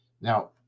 Now